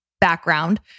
background